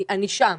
אני שם,